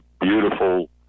beautiful